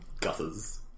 gutters